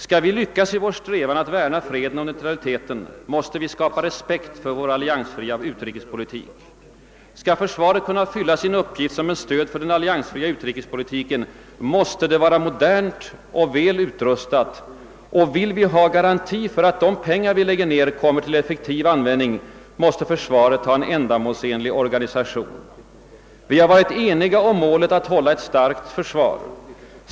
Skall vi lyckas i vår strävan att värna freden och neutraliteten, måste vi skapa respekt för vår alliansfria utrikespolitik. ——— Skall försvaret kunna fylla sin uppgift som ett stöd för den alliansfria utrikespolitiken, måste det vara modernt och väl utrustat och vill vi ha garanti för att de pengar vi lägger ned kommer till effektiv användning, måste försvaret ha en ändamålsenlig organisation. ——— Vi har varit eniga om målet att hålla ett starkt försvar.